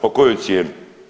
Po kojoj cijeni?